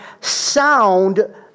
sound